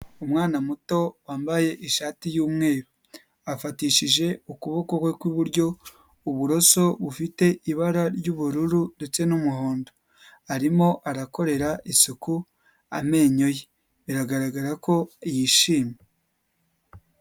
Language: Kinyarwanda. Umwana muto wambaye ishati y'umweru, afatishije ukuboko kwe kw'iburyo uburoso bufite ibara ry'ubururu ndetse n'umuhondo, arimo arakorera isuku amenyo ye, biragaragara ko yishimye.